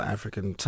African